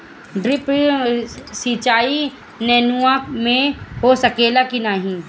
Drip सिंचाई नेनुआ में हो सकेला की नाही?